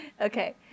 Okay